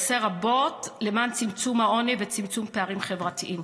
שעושה רבות למען צמצום העוני וצמצום פערים חברתיים.